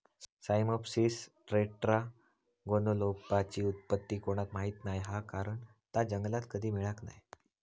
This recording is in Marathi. साइमोप्सिस टेट्रागोनोलोबाची उत्पत्ती कोणाक माहीत नाय हा कारण ता जंगलात कधी मिळाक नाय